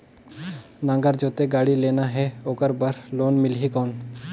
नागर जोते गाड़ी लेना हे ओकर बार लोन मिलही कौन?